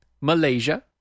Malaysia